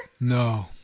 No